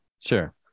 Sure